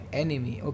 enemy